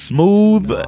Smooth